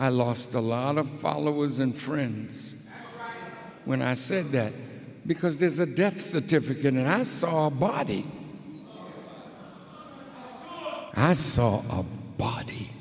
i lost a lot of followers and friends when i said that because there's a death certificate and i saw a body i saw a body